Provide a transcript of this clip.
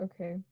okay